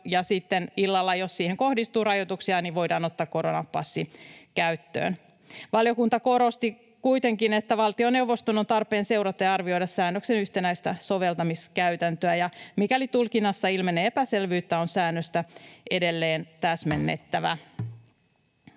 illalla, jos siihen kohdistuu rajoituksia, niin voidaan ottaa koronapassi käyttöön. Valiokunta korosti kuitenkin, että valtioneuvoston on tarpeen seurata ja arvioida säännöksen yhtenäistä soveltamiskäytäntöä, ja mikäli tulkinnassa ilmenee epäselvyyttä, on säännöstä edelleen täsmennettävä.